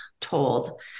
told